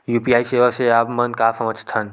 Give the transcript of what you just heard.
UPI सेवा से आप मन का समझ थान?